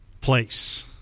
place